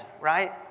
right